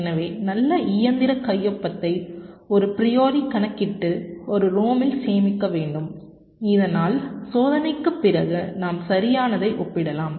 எனவே நல்ல இயந்திர கையொப்பத்தை ஒரு ப்ரியோரி கணக்கிட்டு ஒரு ROM இல் சேமிக்க வேண்டும் இதனால் சோதனைக்குப் பிறகு நாம் சரியானதை ஒப்பிடலாம்